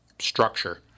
structure